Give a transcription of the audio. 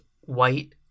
white